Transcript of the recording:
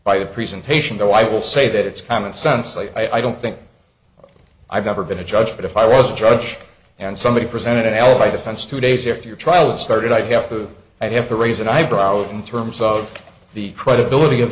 by the presentation though i will say that it's common sense i don't think i've never been a judge but if i was a judge and somebody presented an alibi defense two days after your trial started i'd have to i have to raise an eyebrow in terms of the credibility of